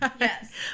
Yes